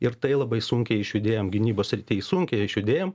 ir tai labai sunkiai išjudėjom gynybos srity sunkiai išjudėjom